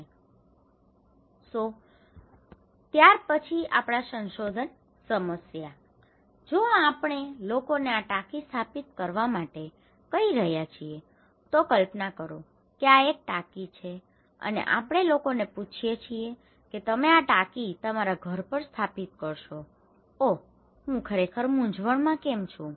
So our research problem then ત્યાર પછી આપણા સંશોધન સમસ્યા જો આપણે લોકોને આ ટાંકી સ્થાપિત કરવા માટે કહી રહ્યા છીએ તો કલ્પના કરો કે આ એક ટાંકી છે અને આપણે લોકોને પૂછીએ કે તમે આ ટાંકી તમારા ઘર પર સ્થાપિત કરશો ઓહ હું ખરેખર મૂંઝવણમાં કેમ છું